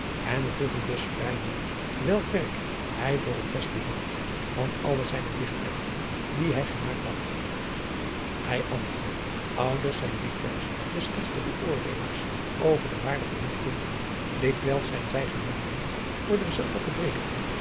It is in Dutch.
en vroeg hem dus vrijmoedig welk werk hij voor het beste hield van alle zijne dichtwerken die hij gemaakt had hij antwoordde ouders zijn dikwijls de slechtste beoordeelaars over de waarde van hunne kinderen dikwijls zijn zij geheel blind voor derzelver gebreken